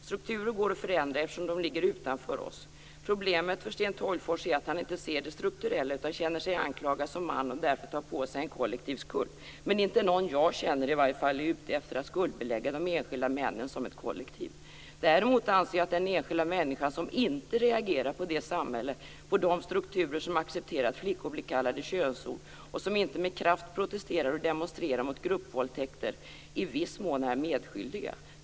Strukturer går att förändra eftersom de ligger utanför oss. Problemet för Sten Tolgfors är att han inte ser det strukturella utan känner sig anklagad som man och därför tar på sig en kollektiv skuld. Men inte någon jag känner i varje fall är ute efter att skuldbelägga de enskilda männen som ett kollektiv. Däremot anser jag att den enskilda människa som inte reagerar på det samhälle, på de strukturer, som accepterar att flickor blir kallade vid könsord och som inte med kraft protesterar och demonstrerar mot gruppvåldtäkter i viss mån är medskyldig.